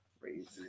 crazy